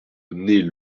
naît